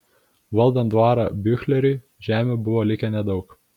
valdant dvarą biuchleriui žemių buvo likę nedaug